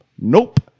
Nope